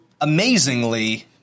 amazingly